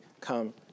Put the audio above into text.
come